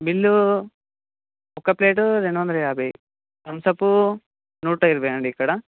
bill ఒక plate రెండు వందల యాభై థమ్స్ అప్ నూట ఇరవై అండి ఇక్కడ